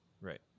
Right